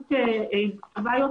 בקלות רבה יותר